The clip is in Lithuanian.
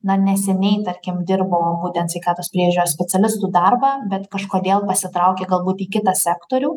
na neseniai tarkim dirbo būtent sveikatos priežiūros specialistų darbą bet kažkodėl pasitraukė galbūt į kitą sektorių